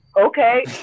okay